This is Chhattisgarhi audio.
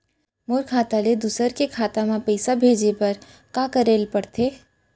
मोर खाता ले दूसर के खाता म पइसा भेजे बर का करेल पढ़थे?